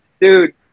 dude